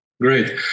great